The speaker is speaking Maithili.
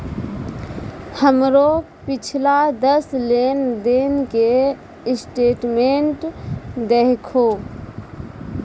हमरो पिछला दस लेन देन के स्टेटमेंट देहखो